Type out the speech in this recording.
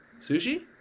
Sushi